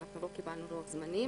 אנחנו לא קיבלנו לוח זמנים.